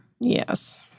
Yes